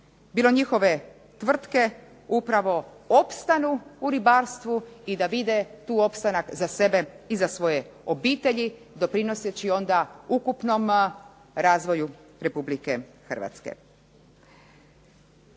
bilo njihove tvrtke upravo opstanu u ribarstvu i da vide tu opstanak za sebe i svoje obitelji doprinoseći onda ukupnom razvoju Republike Hrvatske.